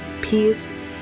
peace